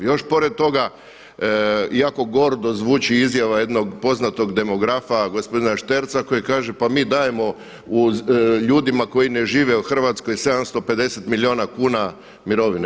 Još pored toga iako gordo zvuči izjava jednog poznatog demografa gospodina Šterca koji kaže, pa mi dajemo ljudima koji ne žive u Hrvatskoj 750 milijuna kuna mirovine.